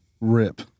RIP